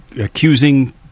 accusing